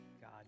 God